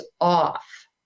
off